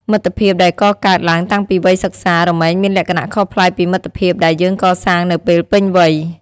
មិត្តភាពដែលកកើតឡើងតាំងពីវ័យសិក្សា រមែងមានលក្ខណៈខុសប្លែកពីមិត្តភាពដែលយើងកសាងនៅពេលពេញវ័យ។